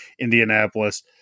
Indianapolis